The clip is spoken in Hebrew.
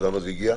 אז למה זה הגיע?